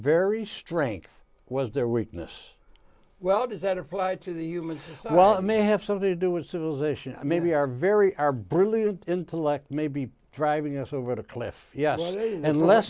very strength was their weakness well does that apply to the humans well it may have something to do with civilization maybe our very our brilliant intellect may be driving us over the cliff